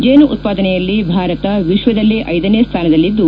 ಜೇನು ಉತ್ಪಾದನೆಯಲ್ಲಿ ಭಾರತ ವಿಶ್ವದಲ್ಲೇ ಐದನೇ ಸ್ಥಾನದಲ್ಲಿದ್ದು